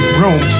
room